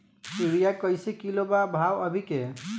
Urea कइसे kilo बा भाव अभी के?